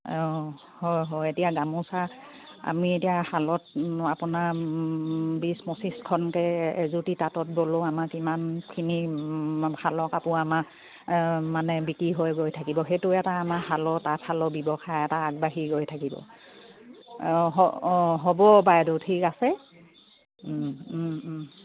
অঁ হয় হয় এতিয়া গামোচা আমি এতিয়া শালত আপোনাৰ বিছ পঁচিছখনকৈ এজুতি তাঁতত ব'লোঁ আমাৰ কিমানখিনি শালৰ কাপোৰ আমাৰ মানে বিক্ৰী হৈ গৈ থাকিব সেইটো এটা আমাৰ শালৰ তাঁতশালৰ ব্যৱসায় এটা আগবাঢ়ি গৈ থাকিব অঁ অঁ হ'ব বাইদেউ ঠিক আছে